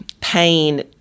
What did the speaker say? pain